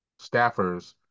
staffers